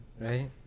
Right